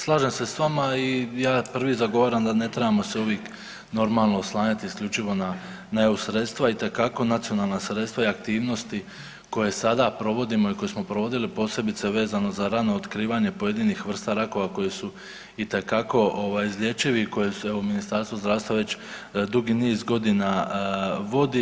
Slažem se sa vama i ja prvi zagovaram da ne trebamo se uvijek normalno oslanjati isključivo na EU sredstva, itekako nacionalna sredstva i aktivnosti koje sada provodimo i koje smo provodili posebice vezano za rano otkrivanje pojedinih vrsta rakova koji su itekako izlječivi i koje evo Ministarstvo zdravstva već dugi niz godina vodi.